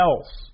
else